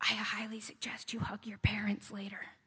i highly suggest you walk your parents later